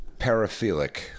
paraphilic